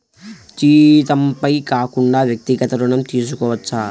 జీతంపై కాకుండా వ్యక్తిగత ఋణం తీసుకోవచ్చా?